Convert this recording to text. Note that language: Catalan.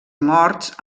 morts